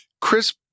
Chris